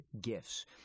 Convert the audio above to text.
gifts